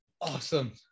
Awesome